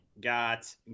got